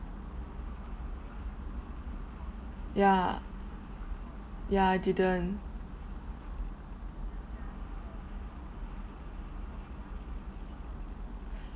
yeah ya didn't